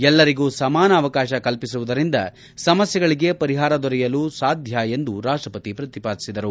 ಎಲ್ಲರಿಗೂ ಸಮಾನ ಅವಕಾಶ ಕಲ್ಪಿಸುವುದರಿಂದ ಸಮಸ್ಯೆಗಳಿಗೆ ಪರಿಹಾರ ದೊರೆಯಲು ಎಂದು ರಾಷ್ಟ್ಯಪತಿ ಪ್ರತಿಪಾದಿಸಿದರು